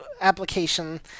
application